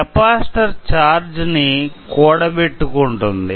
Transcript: capacitor charge ని కూడబెట్టుకుంటుంది